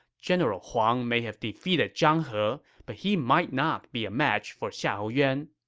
general huang may have defeated zhang he, but he might not be a match for xiahou yuan.